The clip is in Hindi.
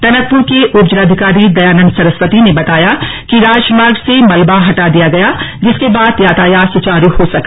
टनकपुर के उपजिलाधिकारी दयानन्द सरस्वती ने बताया कि राजमार्ग से मलबा हटा दिया गया जिसके बाद यातायात सुचारु हो सका